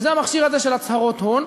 וזה המכשיר הזה של הצהרות הון.